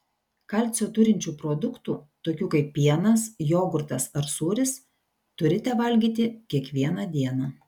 kalcio turinčių produktų tokių kaip pienas jogurtas ar sūris turite valgyti kiekvieną dieną